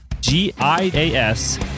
g-i-a-s